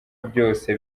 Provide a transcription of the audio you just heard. byose